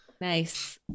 Nice